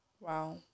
wow